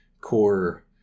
core